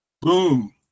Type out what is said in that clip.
Boom